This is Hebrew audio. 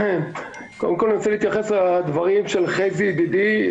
קודם כל אני רוצה להתייחס לדברים של חזי ידידי,